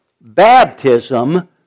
Baptism